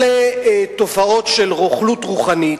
אלה תופעות של רוכלות רוחנית,